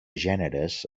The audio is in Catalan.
gèneres